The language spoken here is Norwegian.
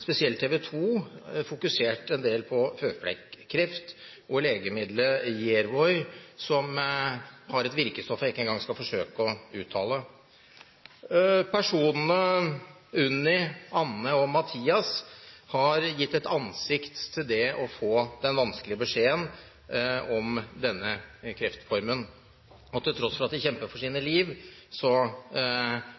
spesielt TV 2 fokusert en del på føflekkreft og legemidlet Yervoy, som har et virkestoff som jeg ikke engang skal forsøke å uttale. Personene Unni, Anne og Matias har gitt et ansikt til det å få den vanskelige beskjeden om denne kreftformen. Til tross for at de kjemper for sine